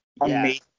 amazing